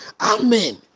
Amen